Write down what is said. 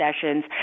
Sessions